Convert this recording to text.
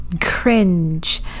cringe